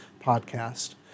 podcast